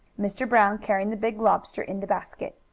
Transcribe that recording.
mr. brown carrying the big lobster in the basket.